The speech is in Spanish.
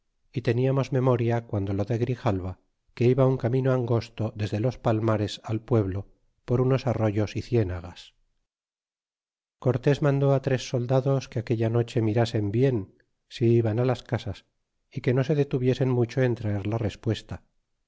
y teniamos memoria guando lo de grijalva que iba un camino angosto desde los palmares al pueblo por unos arroyos é cienegas cortés mandó tres soldados que aquella noche mirasen bien silban á las casas y que no se detuviesen mucho en traer la respuesta